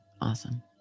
awesome